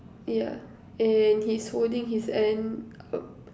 yeah and he's holding his hand up